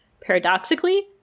Paradoxically